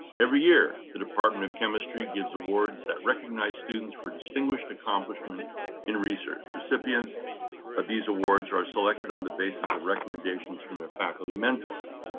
every year, the department of chemistry gives awards that recognize students for distinguished accomplishment in research. recipients of these awards are selected on the basis of recommendations from their faculty mentors.